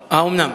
הוא אמר: האומנם?